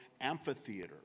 amphitheater